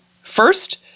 First